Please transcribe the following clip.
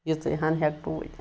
یژٕے ہَن ہیٚکہٕ بہٕ ؤنِتھ